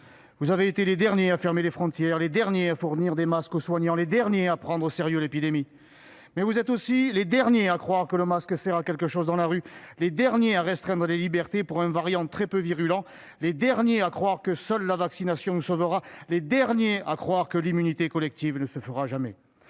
Vous avez été les derniers à fermer les frontières, les derniers à fournir des masques aux soignants, les derniers à prendre au sérieux l'épidémie. Mais vous êtes aussi les derniers à croire que le masque sert à quelque chose dans la rue, les derniers à restreindre les libertés pour lutter contre un variant très peu virulent, les derniers à estimer que seule la vaccination nous sauvera, les derniers à penser que nous n'atteindrons jamais